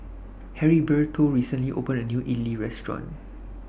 Heriberto recently opened A New Idili Restaurant